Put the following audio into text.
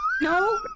no